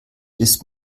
ist